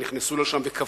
ונכנסו לשם וקבעו,